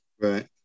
Right